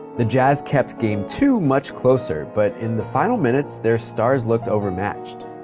the jazz kept game two much closer, but in the final minutes, their stars looked overmatched.